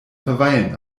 verweilen